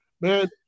Man